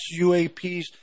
UAPs